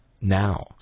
now